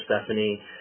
Stephanie